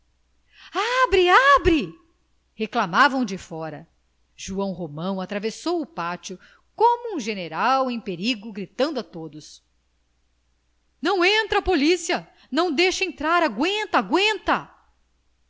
abre abre reclamavam de fora joão romão atravessou o pátio como um general em perigo gritando a todos não entra a polícia não deixa entrar agüenta